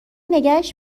نگهش